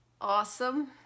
awesome